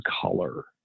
color